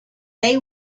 they